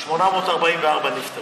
844 נפטרו.